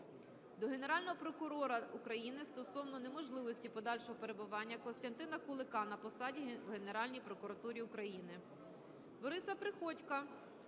до Генерального прокурора України стосовно неможливості подальшого перебування Костянтина Кулика на посаді у Генеральній прокуратурі України.